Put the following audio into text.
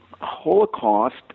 Holocaust